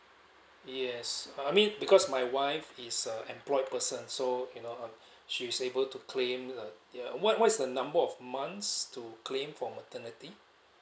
yes I mean because my wife is a employed person so you know uh she's able to claim uh ya what what is the number of months to claim for maternity